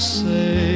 say